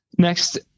Next